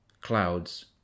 clouds